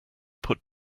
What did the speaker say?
put